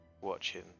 watching